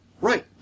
Right